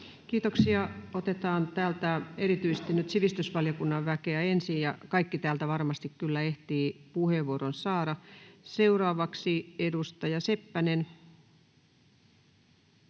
Kiitoksia. — Otetaan täältä erityisesti nyt sivistysvaliokunnan väkeä ensin. Kaikki täältä varmasti kyllä ehtivät puheenvuoron saada. — Seuraavaksi edustaja Seppänen.